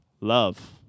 love